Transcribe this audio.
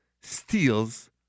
steals